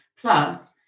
Plus